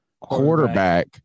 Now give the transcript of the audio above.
quarterback